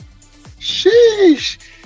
Sheesh